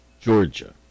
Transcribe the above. Georgia